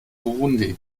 burundi